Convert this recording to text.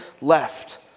left